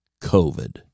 COVID